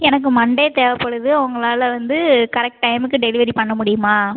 எனக்கு மன்டே தேவைப்படுது உங்களால் வந்து கரெக்ட் டைமுக்கு டெலிவரி பண்ண முடியுமா